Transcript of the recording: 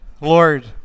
Lord